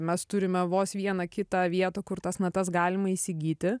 mes turime vos vieną kitą vietą kur tas natas galima įsigyti